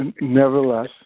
Nevertheless